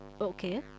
okay